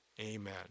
Amen